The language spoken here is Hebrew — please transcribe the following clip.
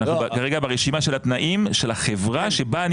אנחנו כרגע ברשימה של התנאים של החברה שבה אני